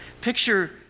picture